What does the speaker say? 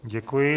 Děkuji.